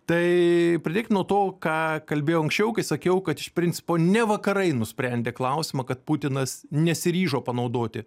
tai pradėkim nuo to ką kalbėjau anksčiau kai sakiau kad iš principo ne vakarai nusprendė klausimą kad putinas nesiryžo panaudoti